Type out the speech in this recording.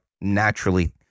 naturally